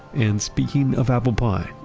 and speaking of apple pie,